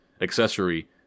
accessory